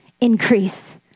increase